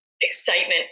excitement